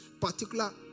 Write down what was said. particular